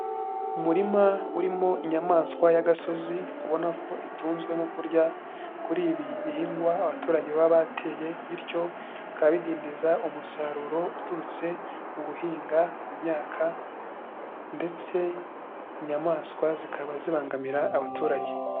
Umurima urimo inyamaswa y'agasozi, ubona ko itunzwe no kurya kuri ibi bihingwa abaturage baba bateye, bityo bikaba bidindiza umusaruro uturutse mu guhinga imyaka, ndetse inyamaswa zikaba zibangamira abaturage.